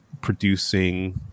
producing